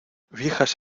viejas